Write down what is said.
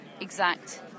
exact